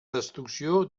destrucció